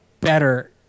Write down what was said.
better